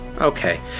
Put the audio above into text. Okay